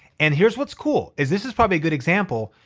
and here's what's cool is, this is probably a good example,